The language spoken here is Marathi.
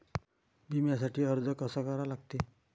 बिम्यासाठी अर्ज कसा करा लागते?